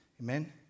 Amen